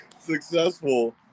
successful